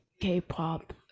k-pop